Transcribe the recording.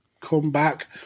comeback